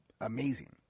amazing